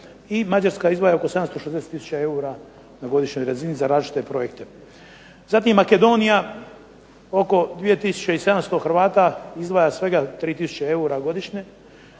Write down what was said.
i Mađarska izdvaja oko 760000 eura na godišnjoj razini za različite projekte. Zatim Makedonija oko 2700 Hrvata, izdvaja svega 3000 eura godišnje.